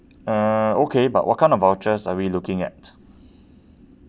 uh okay but what kind of vouchers are we looking at